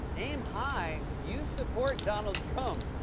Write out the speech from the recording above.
aim high? you support donald trump.